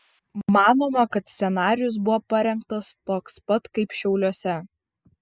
manoma kad scenarijus buvo parengtas toks pat kaip šiauliuose